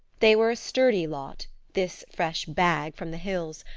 they were a sturdy lot, this fresh bag from the hills,